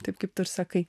taip kaip tu ir sakai